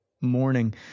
morning